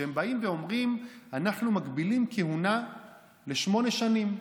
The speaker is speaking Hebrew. כשהם באים ואומרים: אנחנו מגבילים כהונה לשמונה שנים,